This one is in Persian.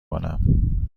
کنم